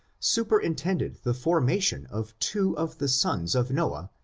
superintended the formation of two of the sons of noah,